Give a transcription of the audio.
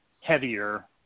heavier